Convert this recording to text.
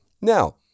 Now